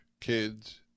kids